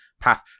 path